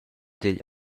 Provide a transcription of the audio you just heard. digl